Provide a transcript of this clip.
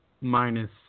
minus